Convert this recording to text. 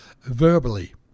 verbally